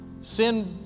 Sin